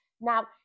Now